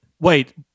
Wait